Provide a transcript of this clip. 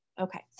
okay